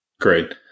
Great